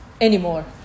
anymore